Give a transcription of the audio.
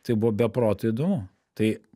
tai buvo be proto įdomu tai